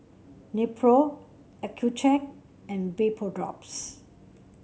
Nepro Accucheck and Vapodrops